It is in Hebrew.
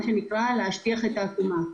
מה שנקרא, להשטיח את העקומה.